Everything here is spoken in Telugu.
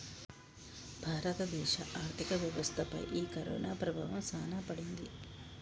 భారత దేశ ఆర్థిక వ్యవస్థ పై ఈ కరోనా ప్రభావం సాన పడింది